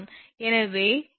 எனவே இது சமன்பாடு 56